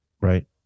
Right